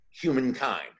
humankind